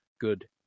good